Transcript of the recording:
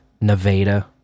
Nevada